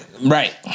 Right